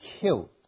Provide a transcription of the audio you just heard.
killed